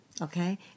Okay